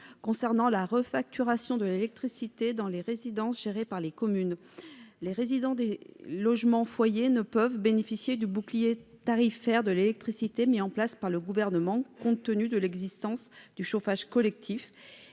porte sur la refacturation des dépenses d'électricité dans les résidences gérées par les communes. Les résidents des logements-foyer ne peuvent bénéficier du bouclier tarifaire de l'électricité mis en place par le Gouvernement, compte tenu de l'existence du chauffage collectif.